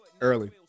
early